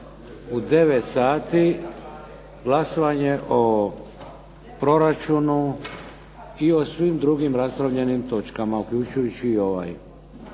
u 9 sati, glasovanje o proračunu i o svim drugim raspravljenim točkama, uključujući i ovaj.